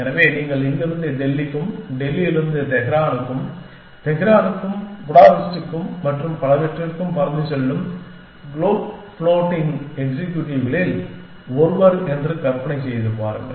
எனவே நீங்கள் இங்கிருந்து டெல்லிக்கும் டெல்லியில் இருந்து தெஹ்ரானுக்கும் தெஹ்ரானுக்கும் புடாபெஸ்டுக்கும் மற்றும் பலவற்றிற்கும் பறந்து செல்லும் குளோப் ஃப்ளோட்டிங் எக்ஸிகியூடிவ்களில் ஒருவர் என்று கற்பனை செய்து பாருங்கள்